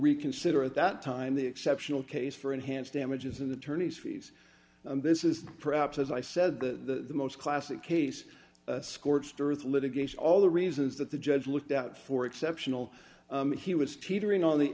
reconsider at that time the exceptional case for enhanced damages an attorney's fees this is perhaps as i said the most classic case a scorched earth litigation all the reasons that the judge looked out for exceptional he was teetering on the